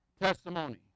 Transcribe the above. testimony